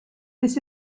this